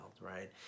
right